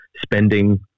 spending